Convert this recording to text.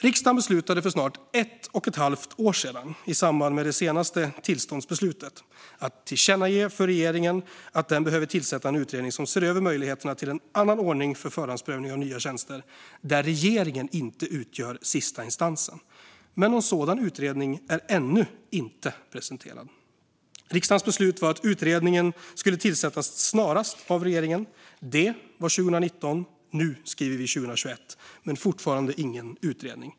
Riksdagen beslutade för snart ett och ett halvt år sedan, i samband med det senaste tillståndsbeslutet, att tillkännage för regeringen att den behöver tillsätta en utredning som ser över möjligheterna till en annan ordning för förhandsprövning av nya tjänster, där regeringen inte utgör den sista instansen. Någon sådan utredning är dock ännu inte presenterad. Riksdagens beslut var att utredningen skulle tillsättas snarast av regeringen. Det var 2019. Nu skriver vi 2021 men fortfarande ingen utredning.